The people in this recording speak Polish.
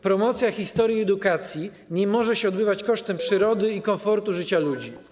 Promocja historii i edukacji nie może się odbywać kosztem przyrody i komfortu życia ludzi.